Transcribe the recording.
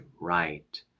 right